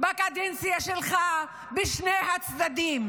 בקדנציה שלך בשני הצדדים.